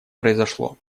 произошло